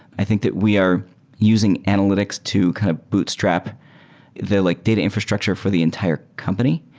i think that we are using analytics to kind of bootstrap the like data infrastructure for the entire company,